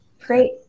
Great